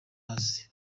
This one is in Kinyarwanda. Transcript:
hasi